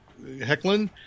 Hecklin